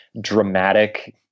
dramatic